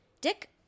Dick